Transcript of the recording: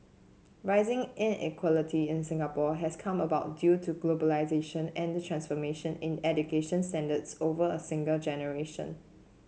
rising inequality in Singapore has come about due to globalisation and the transformation in education standards over a single generation